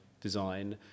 design